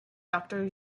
doctor